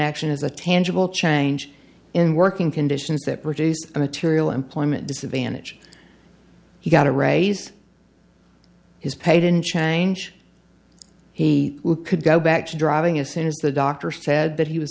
action is a tangible change in working conditions that produce a material employment disadvantage he got a raise his paid in change he could go back to driving as soon as the doctor said that he was